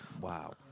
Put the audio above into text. Wow